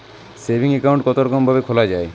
Saving account কতরকম ভাবে খোলা য়ায়?